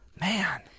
Man